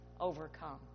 overcome